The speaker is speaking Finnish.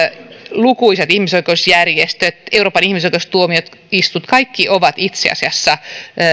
lukuisat ihmisoikeusjärjestöt euroopan ihmisoikeustuomioistuin kaikki itse asiassa